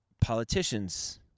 politicians